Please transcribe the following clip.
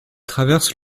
traverse